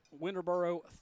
Winterboro